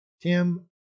Tim